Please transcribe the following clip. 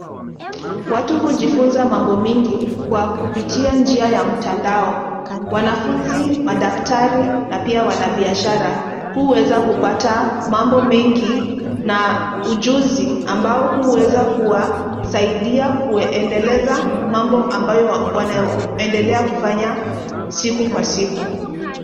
Watu hujifunza mambo mingi kwa kupitia njia ya mtandao. Wanafunzi, madaktari na pia wanabiashara huweza kupata mambo mengi na ujuzi ambao huweza kuwasaidia kuendeleza mambo ambayo wanaendelea kufanya siku kwa siku.